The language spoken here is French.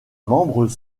membres